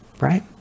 right